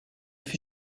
fut